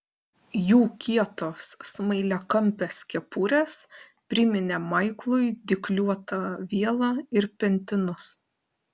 jų kietos smailiakampės kepurės priminė maiklui dygliuotą vielą ir pentinus